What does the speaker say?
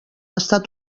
estat